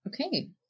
Okay